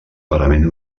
parament